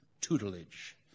tutelage